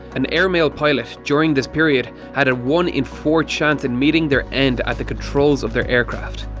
an airmail pilot during this period had a one in four chance in meeting their end at the controls of their aircraft.